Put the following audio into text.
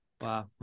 Wow